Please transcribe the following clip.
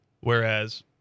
whereas